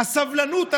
הסבלנות אזלה,